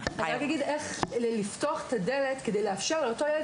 איך לפתוח את הדלת כדי לאפשר לאותו ילד